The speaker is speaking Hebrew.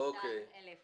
372,400